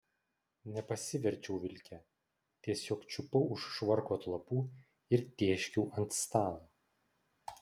nepasiverčiau vilke tiesiog čiupau už švarko atlapų ir tėškiau ant stalo